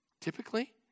typically